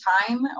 time